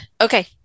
Okay